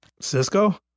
Cisco